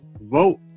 vote